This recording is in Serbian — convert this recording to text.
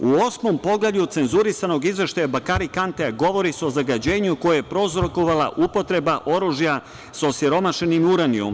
U osmom poglavlju cenzurisanog izveštaja Bakari Kantea, govori se o zagađenju koje je prouzrokovala upotreba oružja sa osiromašenim uranijumom.